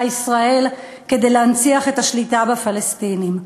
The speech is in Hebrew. ישראל כדי להנציח את השליטה בפלסטינים.